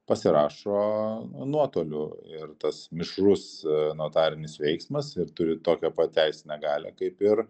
pasirašo nuotoliu ir tas mišrus notarinis veiksmas ir turi tokią pat teisinę galią kaip ir